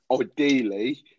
ideally